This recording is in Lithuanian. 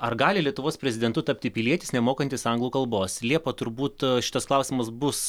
ar gali lietuvos prezidentu tapti pilietis nemokantis anglų kalbos liepa turbūt šitas klausimas bus